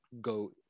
go